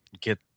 get